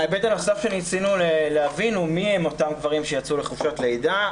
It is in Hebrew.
ההיבט הנוסף שניסינו להבין הוא מי הם אותם גברים שיצאו לחופשת לידה.